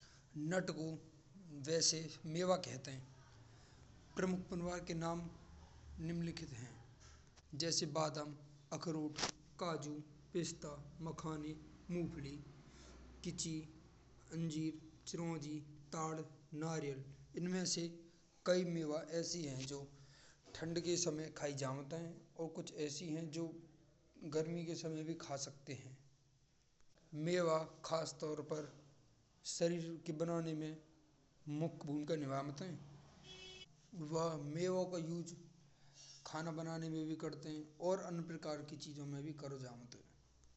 नाटगो, वैसे मेवा कहते है। प्रमुख पुनवा के नाम जैसे बादाम, अखरोट, काजू, पिस्ता, मखाने, मूँगफली, अंजीर नारियल। इनमें से कै मेवा ऐसी है। जो ठंड के समाय खायी जावत है। और कुछ ऐसी हय जो गरमी के समाय भी खायी जा सकती है। मेवा ख़ास तौर पर सरीर के बनावे मां मुख्य भूमिका निभमत है। यह मेवो को उ़से खाना बनाने मां भी करो है।